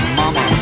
mama